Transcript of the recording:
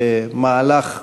במהלך מהיר,